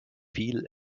viel